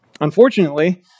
Unfortunately